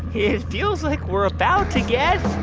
it feels like we're about to get.